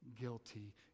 guilty